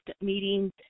meetings